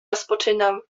rozpoczynam